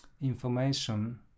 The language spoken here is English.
information